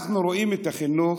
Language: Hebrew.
אנחנו רואים את החינוך.